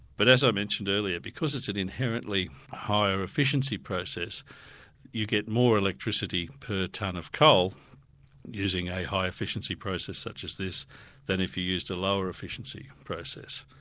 but as i mentioned earlier, because it's an inherently higher efficiency process you get more electricity per tonne of coal using a high efficiency process such as this than if you used a lower efficiency process.